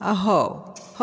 ଅ ହେଉ ହଁ